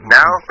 now